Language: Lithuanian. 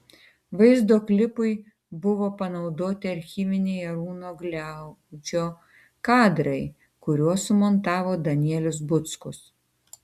vaizdo klipui buvo panaudoti archyviniai arūno gliaudžio kadrai kuriuos sumontavo danielius buckus